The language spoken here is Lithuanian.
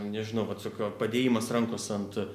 nežinau vat sakau padėjimas rankos ant